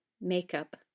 makeup